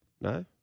No